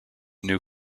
new